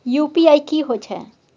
UPI की होय छै?